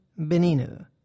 Beninu